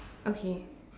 okay